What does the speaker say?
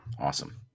Awesome